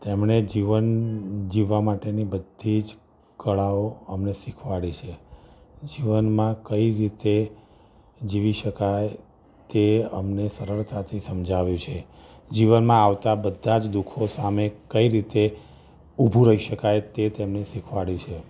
તેમણે જીવન જીવવા માટેની બધી જ કળાઓ અમને શીખવાડી છે જીવનમાં કઈ રીતે જીવી શકાય તે અમને સરળતાથી સમજાવ્યું છે જીવનમાં આવતાં બધાં જ દુઃખો સામે કઈ રીતે ઊભું રહી શકાય તે તેમણે શીખવાડયું છે